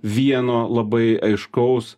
vieno labai aiškaus